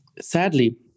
Sadly